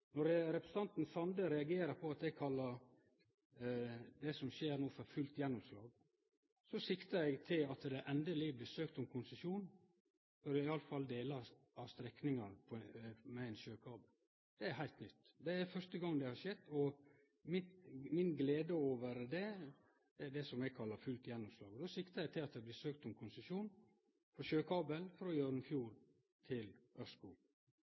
Når representanten Sande reagerer på at eg kallar det som no skjer, for fullt gjennomslag, siktar eg til at det endeleg blir søkt om konsesjon for sjøkabel, iallfall for delar av strekninga. Det er heilt nytt. Det er første gang det har skjedd, og mi glede over det er det eg kallar fullt gjennomslag. Då siktar eg til at det blir søkt om konsesjon for sjøkabel frå Hjørundfjorden til